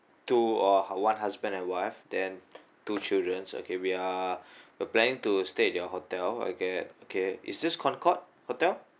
two uh one husband and wife then two children's okay we are planning to stay at your hotel okay okay is this concorde hotel